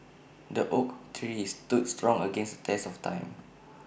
the oak tree stood strong against test of time